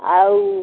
ଆଉ